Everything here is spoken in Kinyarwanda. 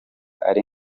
ari